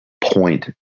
point